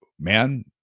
man